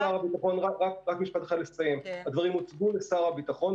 רק משפט אחד לסיים: הדברים הוצגו לשר הביטחון,